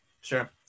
Sure